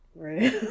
Right